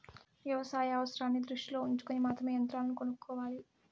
వ్యవసాయ అవసరాన్ని దృష్టిలో ఉంచుకొని మాత్రమే యంత్రాలను కొనుక్కోవాలి